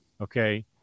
Okay